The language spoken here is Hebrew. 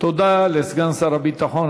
תודה לסגן שר הביטחון.